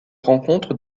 rencontre